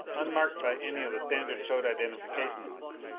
unmarked by any of the standard code identification lights.